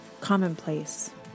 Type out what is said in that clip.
commonplace